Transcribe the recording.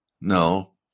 No